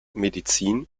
medizin